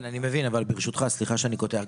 כן, אני מבין אבל ברשותך, סליחה שאני קוטע.